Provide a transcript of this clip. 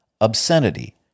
obscenity